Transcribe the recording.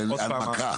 על הנמקה.